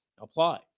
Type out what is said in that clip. apply